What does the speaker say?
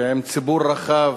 ועם ציבור רחב,